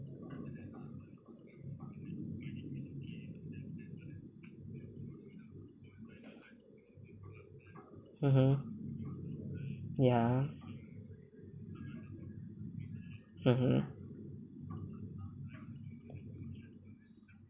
mmhmm ya mmhmm